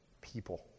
people